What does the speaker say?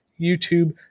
YouTube